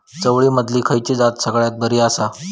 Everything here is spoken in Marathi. चवळीमधली खयली जात सगळ्यात बरी आसा?